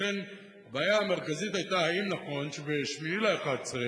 לכן הבעיה המרכזית היתה האם נכון שב-7 בנובמבר